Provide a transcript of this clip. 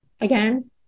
again